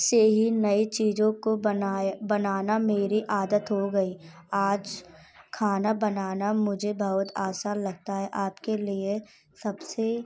से ही नइ चीज़ों को बनाए बनाना मेरी आदत हो गई आज खाना बनाना मुझे बहुत आसान लगता है आप के लिए सब से